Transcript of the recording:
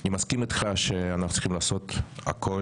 אני מסכים איתך שאנחנו צריכים לעשות הכול